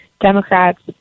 Democrats